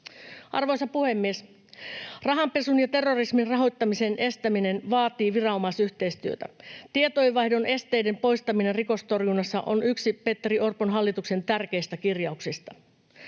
Arvoisa puhemies! Rahanpesun ja terrorismin rahoittamisen estäminen vaatii viranomaisyhteistyötä. Tietojenvaihdon esteiden poistaminen rikostorjunnassa on yksi Petteri Orpon hallituksen tärkeistä kirjauksista.